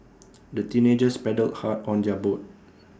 the teenagers paddled hard on their boat